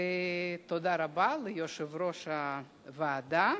תודה רבה ליושב-ראש הוועדה,